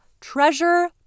treasure